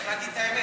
צריך להגיד את האמת.